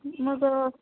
मग